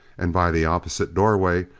and by the opposite doorway,